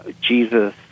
Jesus